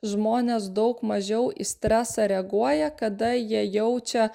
žmonės daug mažiau į stresą reaguoja kada jie jaučia